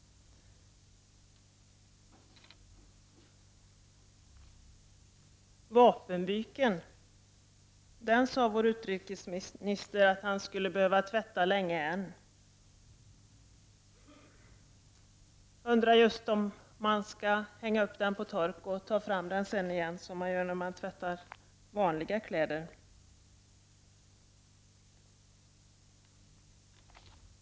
Vapenbyken sade vår utrikesminister att han skulle behöva tvätta länge än. Jag undrar just om man skall hänga den på tork och ta fram den sedan igen, som man gör när man tvättar vanliga kläder.